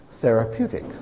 therapeutic